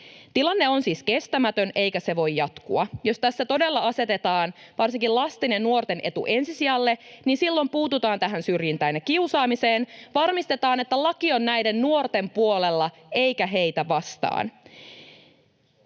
Tilanne on siis kestämätön, eikä se voi jatkua. Jos tässä todella asetetaan varsinkin lasten ja nuorten etu ensisijalle, niin silloin puututaan tähän syrjintään ja kiusaamiseen, varmistetaan, että laki on näiden nuorten puolella eikä heitä vastaan.